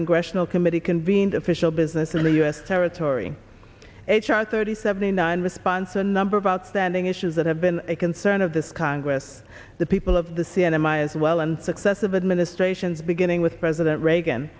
congressional committee convened official business in the u s territory h r thirty seventy nine response a number of outstanding issues that have been a concern of this congress the people of the c n n miles well and successive administrations beginning with president reagan